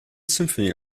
symphony